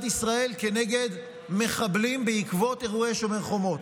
ישראל כנגד מחבלים בעקבות אירועי שומר החומות.